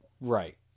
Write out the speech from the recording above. right